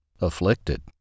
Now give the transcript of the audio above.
afflicted